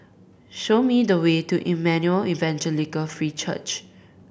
show me the way to Emmanuel Evangelical Free Church